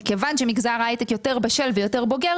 בגלל שמגזר ההייטק יותר בשל ויותר בוגר